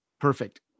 Perfect